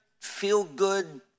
feel-good